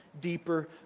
deeper